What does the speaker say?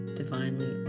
divinely